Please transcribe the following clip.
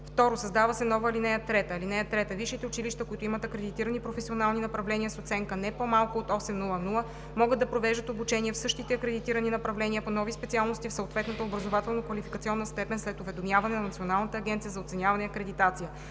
2. Създава се нова ал. 3: „(3) Висшите училища, които имат акредитирани професионални направления с оценка не по-малко от 8,00, могат да провеждат обучение в същите акредитирани направления по нови специалности в съответната образователно-квалификационна степен след уведомяване на Националната агенция за оценяване и акредитация.